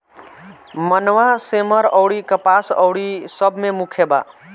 मनवा, सेमर अउरी कपास अउरी सब मे मुख्य बा